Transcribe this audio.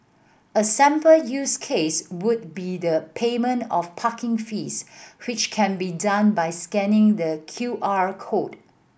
a sample use case would be the payment of parking fees which can be done by scanning the Q R code